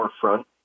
front